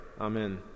Amen